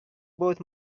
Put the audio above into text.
both